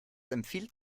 empfiehlt